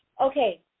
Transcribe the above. Okay